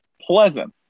pleasant